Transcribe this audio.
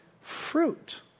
fruit